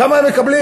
כמה הם מקבלים?